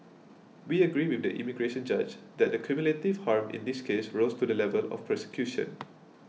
we agree with the immigration judge that the cumulative harm in this case rose to the level of persecution